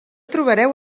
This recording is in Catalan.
trobareu